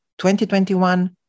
2021